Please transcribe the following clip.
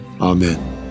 Amen